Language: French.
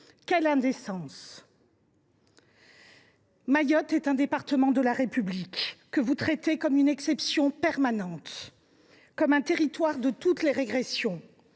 Quelle indécence ! Mayotte est un département de la République que vous traitez comme une exception permanente, comme le territoire de toutes les régressions.